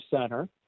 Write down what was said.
center